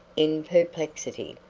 in perplexity.